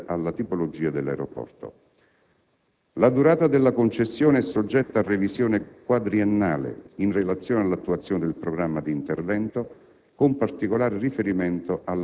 al programma di intervento ed alla tipologia dell'aeroporto. La durata della concessione è soggetta a revisione quadriennale in relazione all'attuazione del programma di intervento,